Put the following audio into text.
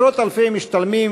עשרות אלפי משתלמים,